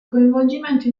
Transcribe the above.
coinvolgimento